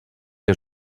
que